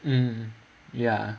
um ya